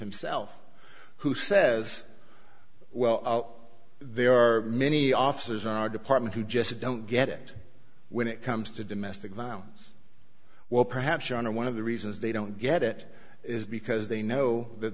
himself who says well there are many officers in our department who just don't get it when it comes to domestic violence well perhaps you are one of the reasons they don't get it is because they know that